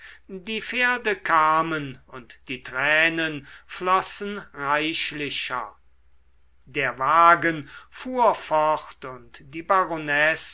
die pferde kamen und die tränen flossen reichlicher der wagen fuhr fort und die